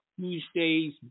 Tuesday's